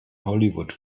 hollywood